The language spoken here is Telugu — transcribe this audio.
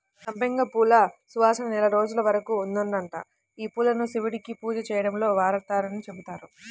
సంపెంగ పూల సువాసన నెల రోజుల వరకు ఉంటదంట, యీ పూలను శివుడికి పూజ చేయడంలో వాడరని చెబుతారు